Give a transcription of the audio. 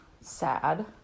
Sad